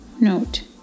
note